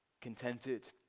contented